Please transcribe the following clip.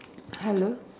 hello